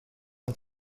and